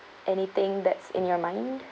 anything that's in your mind